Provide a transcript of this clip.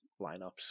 lineups